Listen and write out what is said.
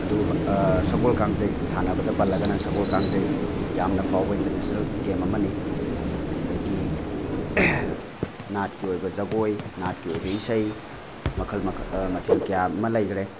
ꯑꯗꯨꯒ ꯁꯒꯣꯜ ꯀꯥꯡꯖꯩ ꯁꯥꯟꯅꯕꯗ ꯄꯜꯂꯒꯅ ꯁꯒꯣꯜ ꯀꯥꯡꯖꯩ ꯌꯥꯝꯅ ꯐꯥꯎꯕ ꯏꯟꯇꯔꯅꯦꯁꯅꯦꯜ ꯒꯦꯝ ꯑꯃꯅꯤ ꯑꯗꯒꯤ ꯅꯥꯠꯀꯤ ꯑꯣꯏꯕ ꯖꯒꯣꯏ ꯅꯥꯠꯀꯤ ꯑꯣꯏꯕ ꯏꯁꯩ ꯃꯈꯜ ꯃꯊꯦꯜ ꯀꯌꯥ ꯑꯃ ꯂꯩꯈ꯭ꯔꯦ